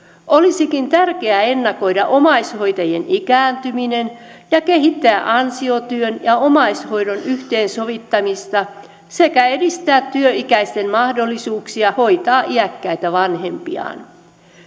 olisikin tärkeää ennakoida omaishoitajien ikääntyminen ja kehittää ansiotyön ja omaishoidon yhteensovittamista sekä edistää työikäisten mahdollisuuksia hoitaa iäkkäitä vanhempiaan